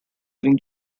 living